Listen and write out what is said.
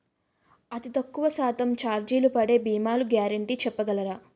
అతి తక్కువ శాతం ఛార్జీలు పడే భీమాలు గ్యారంటీ చెప్పగలరా?